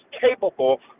capable